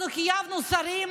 אנחנו חייבנו שרים